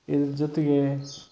ಇದರ ಜೊತೆಗೆ